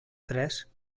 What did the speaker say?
tres